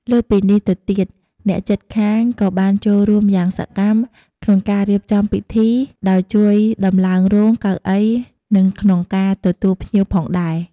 លើសពីនេះទៅទៀត អ្នកជិតខាងក៏បានចូលរួមយ៉ាងសកម្មក្នុងការរៀបចំពិធី ដោយជួយដំឡើងរោង កៅអី និង ក្នុងការទទួលភ្ញៀវផងដែរ។